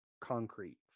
Concrete